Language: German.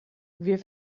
wir